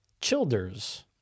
Childers